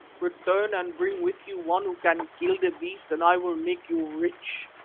return and bring with you one who can kill the beast and i will make you rich.